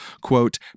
Quote